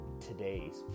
today's